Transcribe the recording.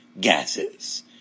gases